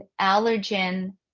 allergen